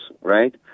right